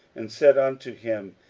and said unto him,